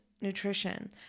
Nutrition